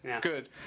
Good